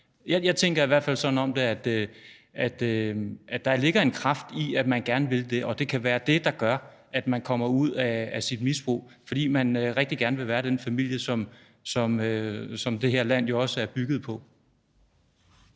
Jeg tænker i hvert fald sådan om det, at der ligger en kraft i, at man gerne vil det, og at det kan være det, der gør, at man kommer ud af sit misbrug – altså fordi man rigtig gerne vil være den familie, som det her land jo også er bygget på.